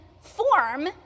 form